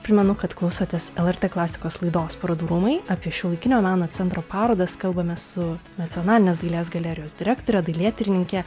primenu kad klausotės lrt klasikos laidos parodų rūmai apie šiuolaikinio meno centro parodas kalbame su nacionalinės dailės galerijos direktore dailėtyrininke